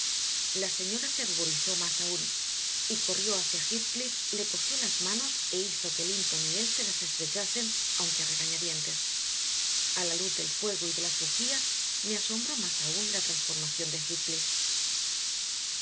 la señora se ruborizó más aún y corrió hacia heathcliff le cogió las manos e hizo que linton y él se las estrechasen aunque a regañadientes a la luz del fuego y de las bujías me asombró más aún la transformación de